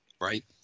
right